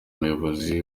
umuyobozi